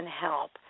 help